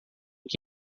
que